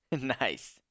Nice